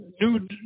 new